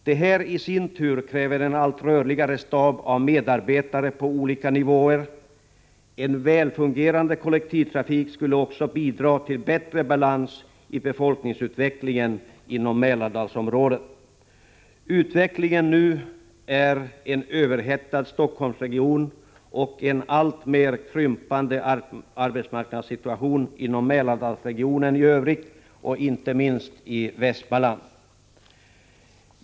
Detta i sin tur kräver en allt rörligare stab av medarbetare på olika nivåer. En väl fungerande kollektivtrafik skulle också bidra till bättre balans i befolkningsutvecklingen inom Mälardalsområdet. Utvecklingen nu innebär en överhettad Stockholmsregion och en alltmer krympande arbetsmarknad inom Mälardalsregionen i övrigt, inte minst i Västmanland.